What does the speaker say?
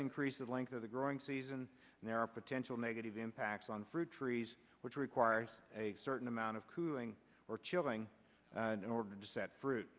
increase the length of the growing season and there are potential negative impacts on fruit trees which requires a certain amount of cooling or chilling in order to set fruit